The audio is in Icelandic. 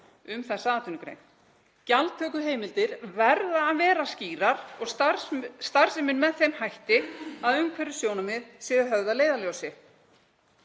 um þessa atvinnugrein. Gjaldtökuheimildir verða að vera skýrar og starfsemin með þeim hætti að umhverfissjónarmið séu höfð að leiðarljósi.